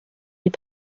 est